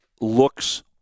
looks